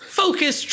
focus